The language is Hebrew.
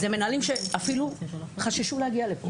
זה מנהלים שאפילו חששו להגיע לפה.